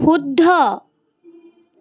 শুদ্ধ